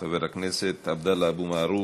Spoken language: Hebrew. חבר הכנסת עבדאללה אבו מערוף.